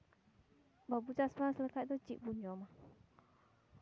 ᱵᱟᱵᱚ ᱪᱟᱥᱼᱵᱟᱥ ᱞᱮᱠᱷᱟᱡ ᱫᱚ ᱪᱮᱫ ᱵᱚ ᱡᱚᱢᱟ